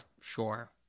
sure